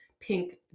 pink